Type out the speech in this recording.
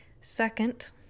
second